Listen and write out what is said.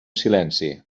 silenci